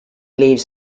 leaves